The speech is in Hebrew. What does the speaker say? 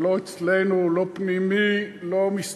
זה לא אצלנו, לא פנימי, לא מסתדרים,